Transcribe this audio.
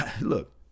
Look